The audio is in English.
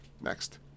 next